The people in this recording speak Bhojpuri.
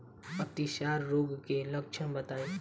अतिसार रोग के लक्षण बताई?